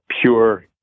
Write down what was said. pure